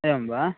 एवं वा